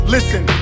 Listen